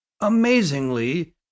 amazingly